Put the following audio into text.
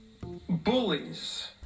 Bullies